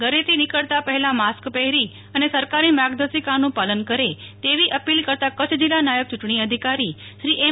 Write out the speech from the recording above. ઘરેથી નીકળતા પહેલા માસ્ક પહેરી અને સરકારની માર્ગદર્શિકાનું પાલન કરે તેવી અપીલ કરતા કચ્છ જિલ્લા નાયબ ચુંટણી અધિકારી શ્રી એમ